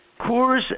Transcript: Coors